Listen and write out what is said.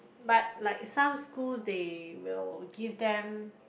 but like some schools they will give them